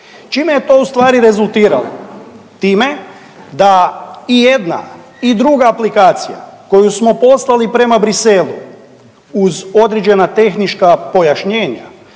Čime je to u stvari rezultiralo? Time da i jedna i druga aplikacija koju smo poslali prema Bruxellesu uz određena tehnička pojašnjenja